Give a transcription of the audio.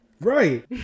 Right